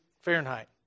Fahrenheit